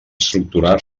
estructurar